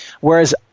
Whereas